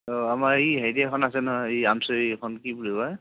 আমাৰ এই হেৰি এখন আছে নহয় এই আমচৈ এইখন কি বুলি কয়